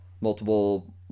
multiple